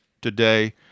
today